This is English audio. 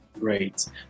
great